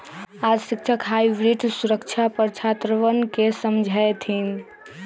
आज शिक्षक हाइब्रिड सुरक्षा पर छात्रवन के समझय थिन